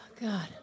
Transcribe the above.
God